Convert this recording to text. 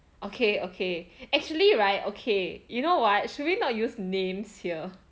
okay okay actually right okay you know what should we not use names here